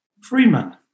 Freeman